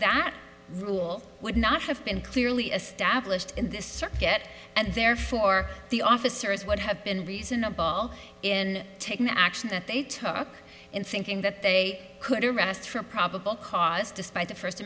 that rule would not have been clearly established in the circuit and therefore the officers would have been reasonable in taking action that they took in thinking that they could arrest for probable cause despite the first